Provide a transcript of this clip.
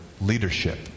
leadership